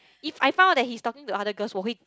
if I found out that he's talking to other girls 我会